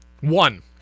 One